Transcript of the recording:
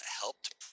helped